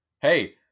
hey